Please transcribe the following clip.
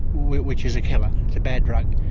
which which is a killer, it's a bad drug.